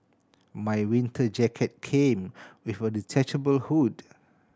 my winter jacket came with a detachable hood